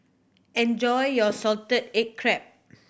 enjoy your salted egg crab